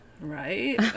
Right